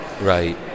Right